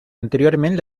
anteriorment